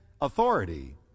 authority